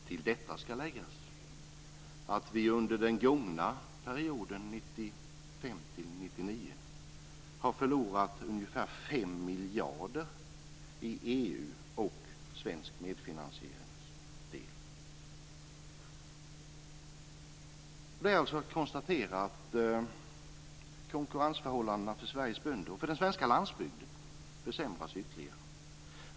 Till detta ska läggas att vi under den gångna perioden 1995-1999 har förlorat ca 5 miljarder i EU-medel och den svenska medfinansieringsdelen. Man kan bara konstatera att konkurrensförhållandena för Sveriges bönder och för den svenska landsbygden försämras ytterligare.